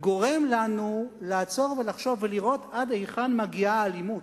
גורם לנו לעצור ולחשוב ולראות עד היכן מגיעה האלימות.